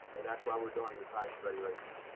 and that's why we're doing the time study right now.